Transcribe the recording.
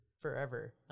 forever